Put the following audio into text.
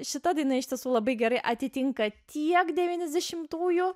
šita daina iš tiesų labai gerai atitinka tiek devyniasdešimtųjų